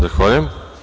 Zahvaljujem.